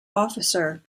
officer